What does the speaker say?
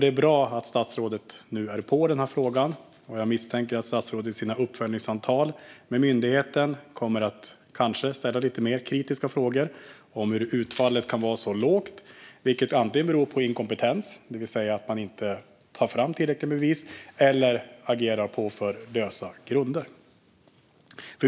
Det är bra att statsrådet nu är på i den här frågan, och jag misstänker att statsrådet i sina uppföljningssamtal med myndigheten kommer att ställa lite mer kritiska frågor om hur utfallet kan vara så lågt. Det måste antingen bero på inkompetens, det vill säga att man inte tar fram tillräckligt med bevis, eller på att man agerar på för lösa grunder.